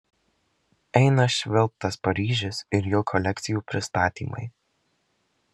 eina švilpt tas paryžius ir jo kolekcijų pristatymai